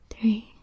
three